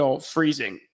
freezing